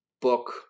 book